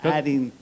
Adding